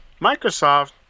microsoft